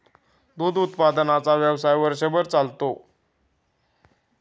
दूध उत्पादनाचा व्यवसाय वर्षभर चालतो